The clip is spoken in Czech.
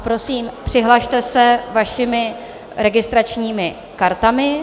Prosím, přihlaste se vašimi registračními kartami.